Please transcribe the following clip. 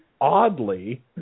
oddly